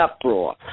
uproar